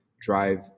drive